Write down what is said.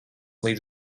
līdz